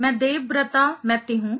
मैं देबव्रता मैती हूं